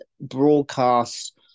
broadcast